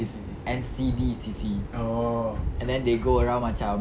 it's N_C_D_C_C and then they go around macam